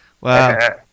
Wow